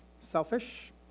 selfish